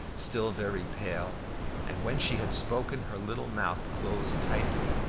still very pale and when she had spoken, her little mouth closed tightly.